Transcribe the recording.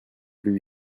plus